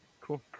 Cool